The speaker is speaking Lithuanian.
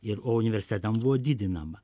ir o universitetam buvo didinama